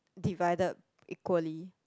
divided equally